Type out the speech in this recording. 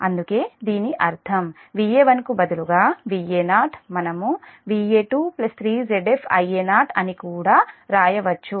అందుకే దీని అర్థం Va1 కు బదులుగా Va0 మనం Va2 3 Zf Ia0 అని కూడా వ్రాయవచ్చు